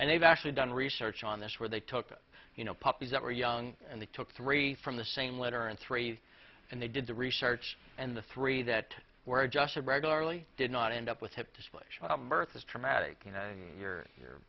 and they've actually done research on this where they took you know puppies that were young and they took three from the same litter and three and they did the research and the three that were adjusted regularly did not end up with hip dysplasia murtha's traumatic you know you're